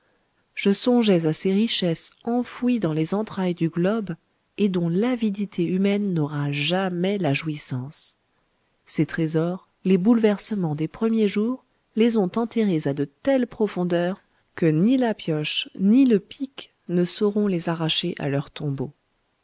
je songeais à ces richesses enfouies dans les entrailles du globe et dont l'avidité humaine n'aura jamais la jouissance ces trésors les bouleversements des premiers jours les ont enterrés à de telles profondeurs que ni la pioche ni le pic ne sauront les arracher à leur tombeau